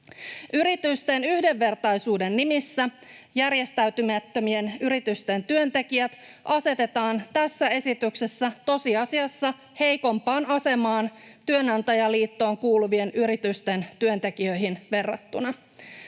Yritysten yhdenvertaisuuden nimissä järjestäytymättömien yritysten työntekijät asetetaan tässä esityksessä tosiasiassa heikompaan asemaan työnantajaliittoon kuuluvien yritysten työntekijöihin verrattuna.